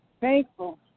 thankful